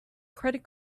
credit